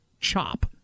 CHOP